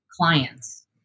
clients